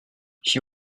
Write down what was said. she